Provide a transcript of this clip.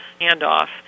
handoff